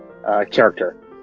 character